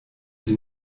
sie